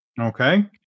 Okay